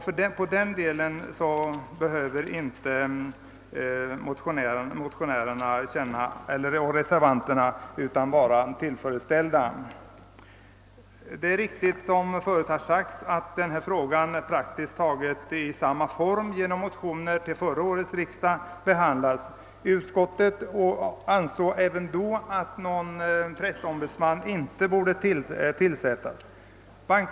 På den punkten kan därför motionärerna och reservanterna känna sig tillfredsställda. Det är riktigt som redan har sagts att denna fråga var uppe till behandling i praktiskt taget samma former genom motioner vid förra årets riksdag. Bankoutskottet ansåg även då att någon pressombudsman inte borde tillsättas.